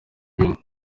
bimwe